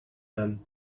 done